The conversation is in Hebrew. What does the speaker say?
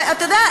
אתה יודע,